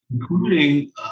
including